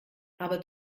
aber